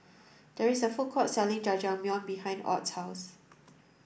there is a food court selling Jajangmyeon behind Ott's house